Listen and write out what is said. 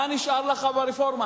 מה נשאר לך ברפורמה?